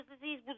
disease